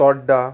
दोड्डा